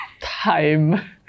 Time